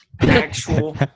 actual